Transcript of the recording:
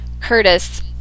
curtis